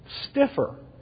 stiffer